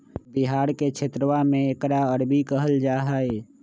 बिहार के क्षेत्रवा में एकरा अरबी कहल जाहई